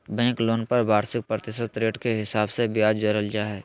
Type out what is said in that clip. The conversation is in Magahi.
बैंक लोन पर वार्षिक प्रतिशत रेट के हिसाब से ब्याज जोड़ल जा हय